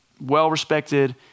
well-respected